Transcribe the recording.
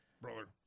Brother